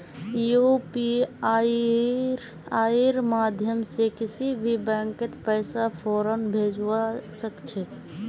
यूपीआईर माध्यम से किसी भी बैंकत पैसा फौरन भेजवा सके छे